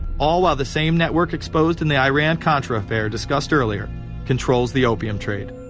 all while the same network exposed in the iran-contra affair discussed earlier controls the opium trade.